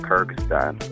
Kyrgyzstan